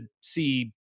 see